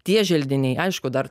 tie želdiniai aišku dar